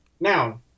Now